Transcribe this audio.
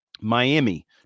Miami